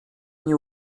nie